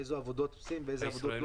איזה עבודות עושים ואיזה לא.